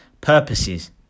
purposes